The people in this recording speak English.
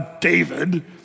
David